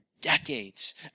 decades